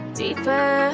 deeper